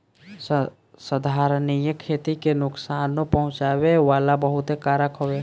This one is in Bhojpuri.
संधारनीय खेती के नुकसानो पहुँचावे वाला बहुते कारक हवे